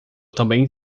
também